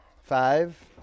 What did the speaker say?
five